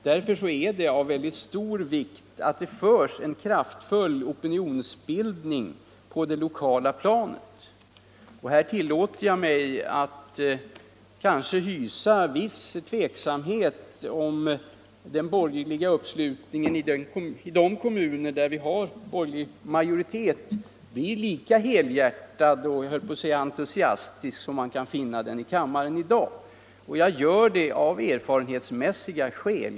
Därför är det av mycket stor vikt att det bedrivs en kraftfull opinionsbildning på det lokala planet. Här tillåter jag mig att hysa vissa tvivel på att den borgerliga uppslutningen i de kommuner där vi har borgerlig majoritet blir lika helhjärtad och — jag höll på att säga entusiastisk — som man kan finna den i kammaren i dag. Jag gör det av erfarenhetsmässiga skäl.